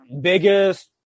biggest